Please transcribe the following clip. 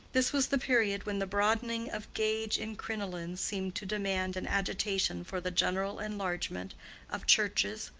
this was the period when the broadening of gauge in crinolines seemed to demand an agitation for the general enlargement of churches,